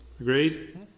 Agreed